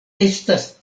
estas